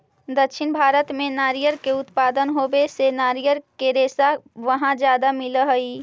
दक्षिण भारत में नारियर के उत्पादन होवे से नारियर के रेशा वहाँ ज्यादा मिलऽ हई